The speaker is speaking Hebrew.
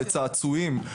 לצעצועים.